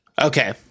Okay